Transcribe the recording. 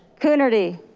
coonerty?